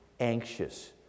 anxious